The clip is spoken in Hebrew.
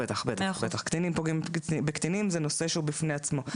קטינים שפוגעים בקטינים זה נושא בפני עצמו.